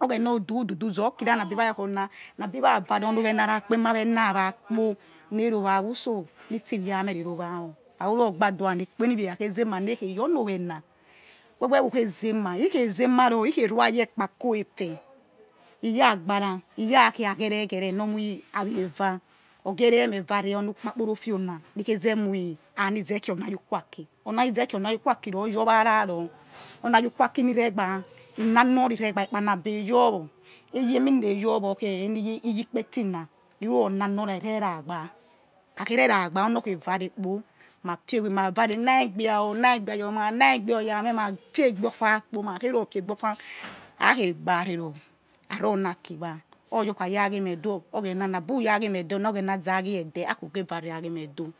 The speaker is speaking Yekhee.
Oghena odududu zor khira abi wa̠ yà. Kho na i na bi vha vhare̠ onì̱ owena na̠ kpo̠ ema wena wa kpo ne̠̠ ro̱ wa who̠ so̠ nitsi ivia meh ri̠ ro ra wor he kha ruro̠r gbadua na̠ kpo̠ eni ivia ɛkha khei zenia̠ ne̠ khe yi oni owena we̱we̱ wo̱, ukhei zema̱ he khei zema ro̱ he̱ khie nli̠ ayi ekpa quefe iya agbara ne ya khei akere kere noṟ moie̱ awe ava ogere meh vare̱ o ni akporofio na̱ nizeẖ moi ani ze̱ khei onu quaki rojor vararor ona ayuquaki ni regba inanorri regba ikpanaiba eyowor iye eni na eyowo eni iyekpeti̱ na̱ he̱ ruror nanor ra̱ irera gba he khakhe reragba onor khé va̱ re kpo ma fie̱ weẖ ma̱ va re nai gba o̱ naigbia iyoma naigbia oyameh mah fiebe offer kpo ma kha khe ruror fiegbe offer ha̱ kheg- bare roṟ ha̱ ror or na aki gba oya okhdra ghi me̱h doṟ na̱ oghena za̱ ghie̱ de̱h akuwe uge vare aghi meh deẖ